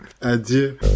Adieu